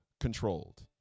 controlled